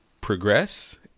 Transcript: progress